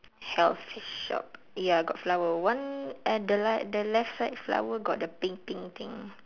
health shop ya got flower one at the left the left side flower got the pink pink thing